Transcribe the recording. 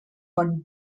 bon